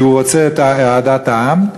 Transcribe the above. כי הוא רוצה את אהדת העם,